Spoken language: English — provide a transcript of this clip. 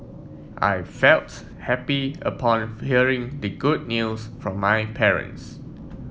I felt happy upon hearing the good news from my parents